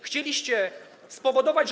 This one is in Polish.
Chcieliście spowodować, że.